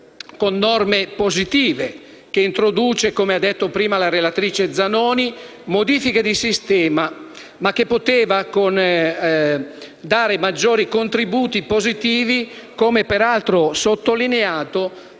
norme positive, che introduce - come detto prima dalla relatrice Zanoni - modifiche di sistema, ma che poteva dare maggiori contributi positivi, come peraltro sottolineato